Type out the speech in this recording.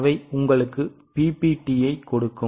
அவை உங்களுக்கு PBTயைக் கொடுக்கும்